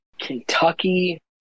Kentucky